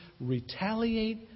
retaliate